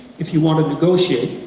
if you want to negotiate,